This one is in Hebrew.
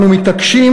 אנו מתעקשים,